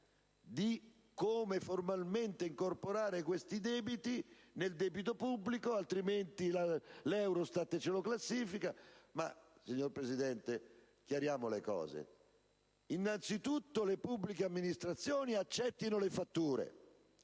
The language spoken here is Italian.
di come formalmente incorporare questi debiti nel debito pubblico, altrimenti l'Eurostat ce lo classifica; ma, signor Presidente, chiariamo le cose: innanzi tutto le pubbliche amministrazioni accettino le fatture.